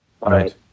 Right